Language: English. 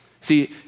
See